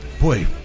Boy